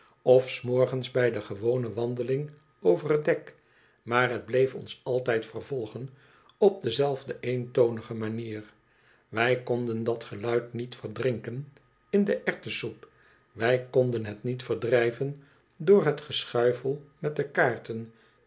of s morgens bij de gewone wandeling over het dek maar liet bleef ons altijd vervolgen op dezelfde eentonige manier w ij konden dat geluid niet verdrinken in de erwtensoep wij konden het niet verdrijven door het geschuifel met de kaarter